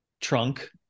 trunk